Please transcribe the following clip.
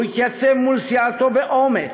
הוא התייצב מול סיעתו באומץ,